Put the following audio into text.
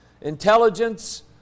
intelligence